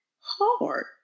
hard